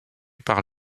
par